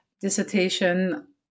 dissertation